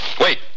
Wait